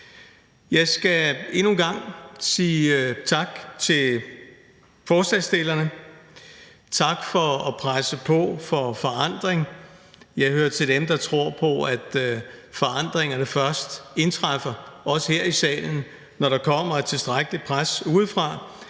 Jeg skal endnu en gang sige tak til forslagsstillerne, tak for at presse på for forandring. Jeg hører til dem, der tror på, at forandringerne først indtræffer, også her i salen, når der kommer et tilstrækkeligt pres udefra,